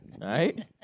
Right